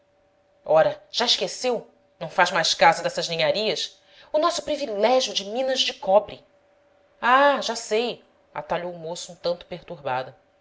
ora já esqueceu não faz mais caso dessas ninharias o nosso privilégio de minas de cobre ah já sei atalhou o moço um tanto perturbado